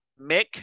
Mick